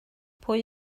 pwy